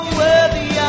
worthy